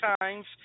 times